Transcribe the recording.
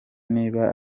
niba